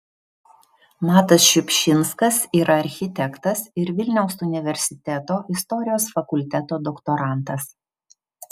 matas šiupšinskas yra architektas ir vilniaus universiteto istorijos fakulteto doktorantas